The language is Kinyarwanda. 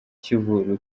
kivu